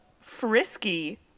frisky